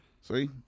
See